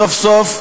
סוף-סוף,